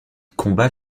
combat